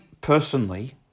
personally